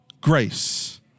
grace